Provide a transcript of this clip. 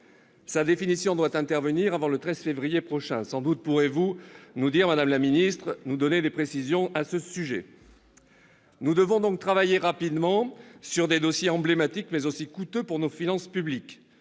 Sa définition doit intervenir avant le 13 février prochain. Sans doute pourrez-vous, madame la ministre, nous donner des précisions à ce sujet. Nous devons donc travailler rapidement sur des dossiers emblématiques, mais aussi coûteux pour nos finances publiques.